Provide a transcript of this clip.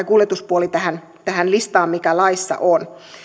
kuljetuspuoli tähän tähän listaan mikä laissa on